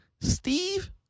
Steve